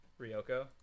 Ryoko